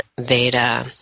Veda